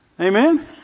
Amen